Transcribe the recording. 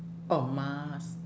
oh mask